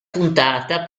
puntata